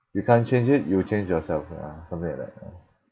you can't change it you change yourself ya something like that